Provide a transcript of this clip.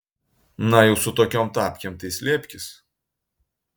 na jau su tokiom tapkėm tai slėpkis